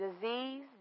disease